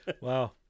Wow